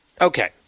Okay